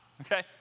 okay